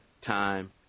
time